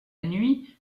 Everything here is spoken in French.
nuit